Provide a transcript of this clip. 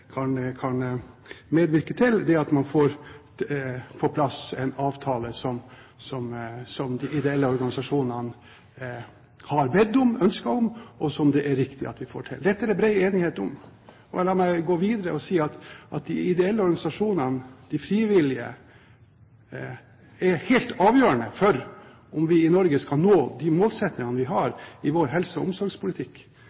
avtale som de ideelle organisasjonene har bedt om, ønsket, og som det er riktig at vi får til. Dette er det bred enighet om. La meg gå videre og si at de ideelle organisasjonene, de frivillige, er helt avgjørende for om vi i Norge skal nå de målsettingene vi